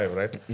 right